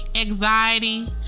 anxiety